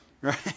Right